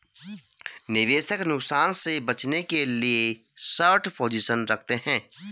निवेशक नुकसान से बचने के लिए शार्ट पोजीशन रखते है